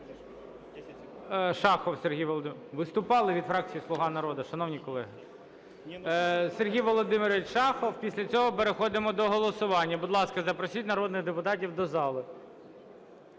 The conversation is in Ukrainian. Виступали від фракції "Слуга народу", шановні колеги. Сергій Володимирович Шахов. Після цього переходимо до голосування. Будь ласка, запросіть народних депутатів до зали.